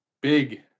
Big